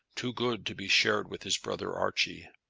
too good to be shared with his brother archie.